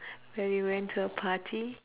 where we went to a party